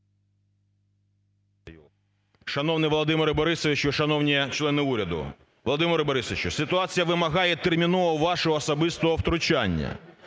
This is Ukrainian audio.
Шановний Володимире Борисовичу, шановні члени уряду! Володимире Борисовичу, ситуація вимагає терміново вашого особистого втручання.